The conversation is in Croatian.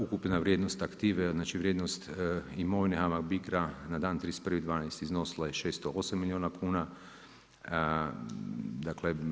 Ukupna vrijednost aktive, znači vrijednost imovine HAMAG Bicra na dan 31. 12. iznosila je 608 milijuna kuna.